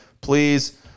Please